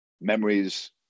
memories